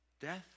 death